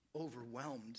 overwhelmed